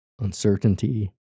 uncertainty